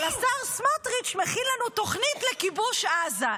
אבל השר סמוטריץ' מכין לנו תוכנית לכיבוש עזה.